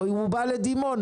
הוא בא לדימונה.